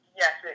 yes